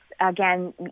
again